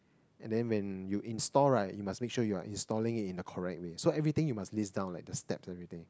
and then when you install right you must make sure you are installing it in the correct way so everything you must list down like the steps and everything